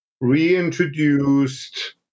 reintroduced